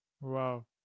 Wow